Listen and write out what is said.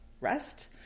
rest